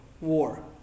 war